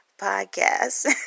podcast